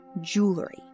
jewelry